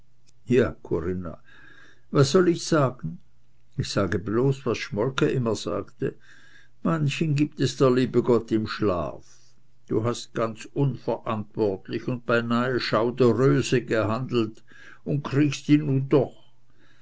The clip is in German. ja corinna was soll ich sagen ich sage bloß was schmolke immer sagte manchen gibt es der liebe gott im schlaf du hast ganz unverantwortlich un beinahe schauderöse gehandelt un kriegst ihn nu doch